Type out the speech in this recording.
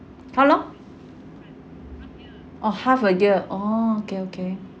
how long oh half a year oh okay okay